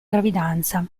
gravidanza